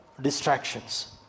distractions